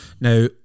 Now